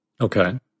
Okay